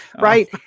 right